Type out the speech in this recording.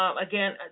Again